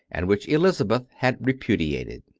and which elizabeth had repudiated.